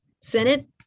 Senate